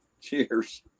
Cheers